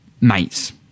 mates